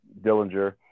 Dillinger